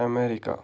America